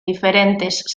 diferentes